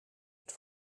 het